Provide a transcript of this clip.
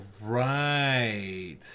right